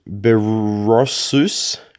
Berossus